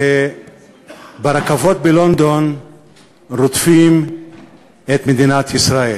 שברכבות בלונדון רודפים את מדינת ישראל.